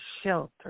shelter